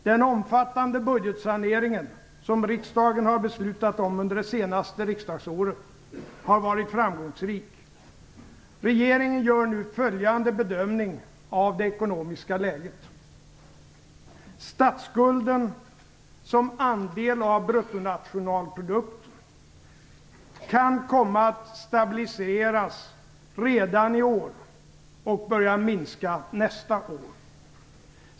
Den omfattande budgetsanering som riksdagen beslutat om under det senaste riksdagsåret har varit framgångsrik. Regeringen gör nu följande bedömning av det ekonomiska läget: Statsskulden som andel av BNP kan komma att stabiliseras redan i år och börja minska nästa år.